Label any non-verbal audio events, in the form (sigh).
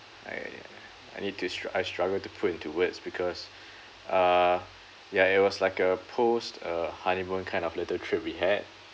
I I need to stru~ I struggled to put into words because (breath) uh ya it was like a post uh honeymoon kind of little trip we had